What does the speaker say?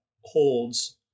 holds